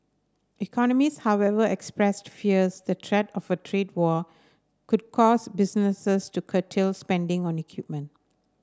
economists however expressed fears the threat of a trade war could cause businesses to curtail spending on equipment